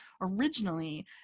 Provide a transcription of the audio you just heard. originally